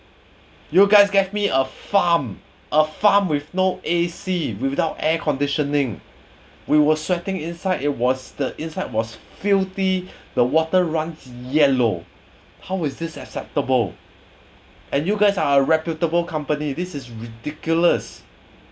you guys get me a farm a farm with no A_C without air conditioning we was sweating inside it was the inside was filthy the water runs in yellow how is this acceptable and you guys are a reputable company this is ridiculous